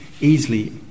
easily